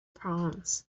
proms